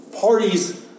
parties